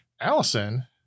Allison